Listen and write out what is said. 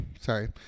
Sorry